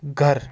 گھر